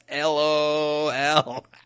LOL